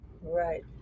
Right